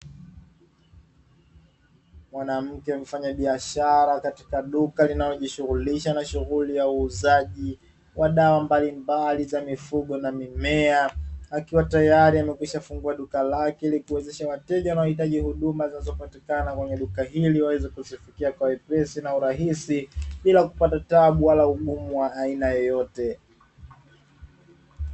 Mwanamke mfanyabiashara katika duka linalojishughulisha na shughuli ya uuzaji wa dawa mbalimbali za mifugo na mimea, akiwa tayari ameshafungua duka lake likiwezesha wateja na huduma zinazopatikana duka hili waweze kuzifikia kwa wepesi na urahisi bila kupata tabu wala ugumu wa aina yoyote.